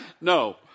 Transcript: No